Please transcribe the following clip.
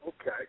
Okay